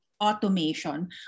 automation